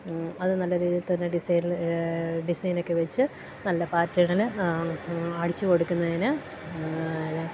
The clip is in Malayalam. അത് നല്ല രീതിയിൽ തന്നെ ഡിസൈനിൽ ഡിസൈനെക്കെ വെച്ച് നല്ല പാറ്റേണിൽ അടിച്ച് കൊടുക്കുന്നതിന്